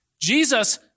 Jesus